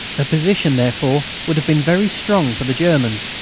the position therefore would have been very strong for the germans,